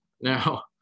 now